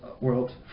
world